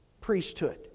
priesthood